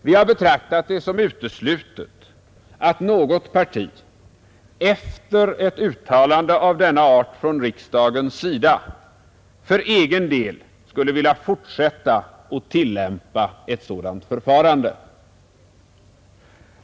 Vi har betraktat det som uteslutet att något parti, efter ett uttalande av denna art från riksdagens sida, för egen del skulle vilja fortsätta att tillämpa ett sådant förfarande.